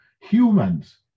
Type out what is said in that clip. Humans